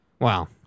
Wow